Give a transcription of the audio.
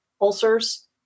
ulcers